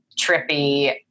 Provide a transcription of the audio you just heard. trippy